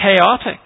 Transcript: chaotic